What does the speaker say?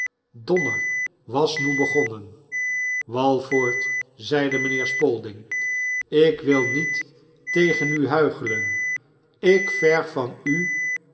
donneri was noe begonnen walford zeide mijnheer spalding ik wil niet tegen u huichelen ik verg van u